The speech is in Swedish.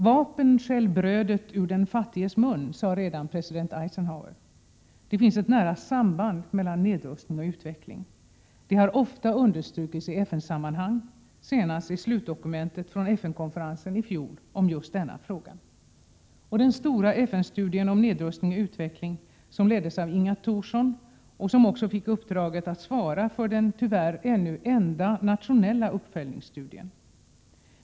”Vapnen stjäl brödet ur den fattiges mun”, sade redan president Eisenhower. Det finns ett nära samband mellan nedrustning och utveckling. Detta har ofta understrukits i FN-sammanhang, senast i slutdokumentet från FN-konferensen i fjol om just denna fråga. Den stora FN-studien om nedrustning/utveckling leddes av Inga Thorsson, som också fick uppdraget att svara för den tyvärr ännu enda nationella uppföljningsstudien.